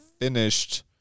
finished